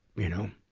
you know,